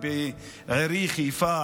בעירי חיפה,